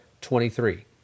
twenty-three